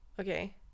Okay